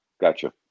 gotcha